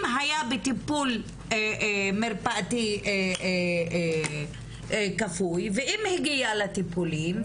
אם היה בטיפול מרפאתי כפוי, ואם הגיע לטיפולים.